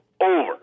over